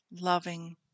loving